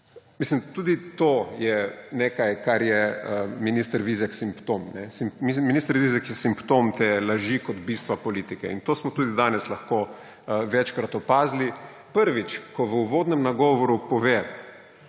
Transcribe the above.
Mislim, tudi to je nekaj, za kar je minister Vizjak simptom. Mislim, minister Vizjak je simptom te laži kot bistva politike. In to smo tudi danes lahko večkrat opazili. Prvič, ko v uvodnem nagovoru pove,